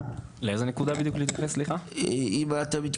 לאיזו נקודה בדיוק להתייחס סליחה?